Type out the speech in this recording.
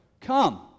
Come